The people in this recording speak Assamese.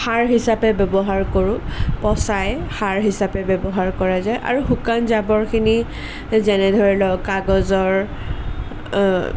সাৰ হিচাপে ব্যৱহাৰ কৰোঁ পচাই সাৰ হিচাপে ব্যৱহাৰ কৰা যায় আৰু শুকান জাবৰখিনি যেনে ধৰি লওক কাগজৰ